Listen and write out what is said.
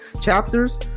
chapters